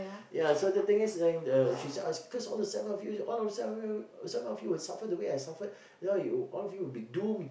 ya so the thing is like the she said I cursed of the seven of you all the seven of you will suffer the way I suffered you know all of you will be doomed